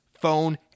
phone